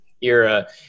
era